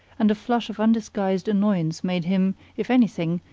and a flush of undisguised annoyance made him, if anything,